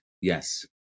Yes